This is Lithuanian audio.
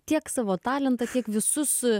tiek savo talentą tiek visus